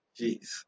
Jeez